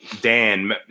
dan